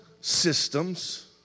systems